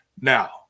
Now